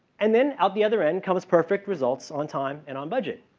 and then out the other end comes perfect results on time and on budget.